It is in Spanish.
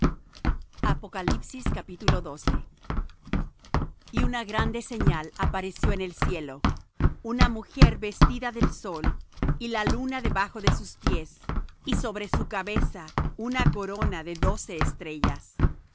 y grande granizo y una grande señal apareció en el cielo una mujer vestida del sol y la luna debajo de sus pies y sobre su cabeza una corona de doce estrellas